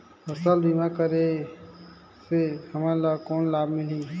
फसल बीमा करे से हमन ला कौन लाभ मिलही?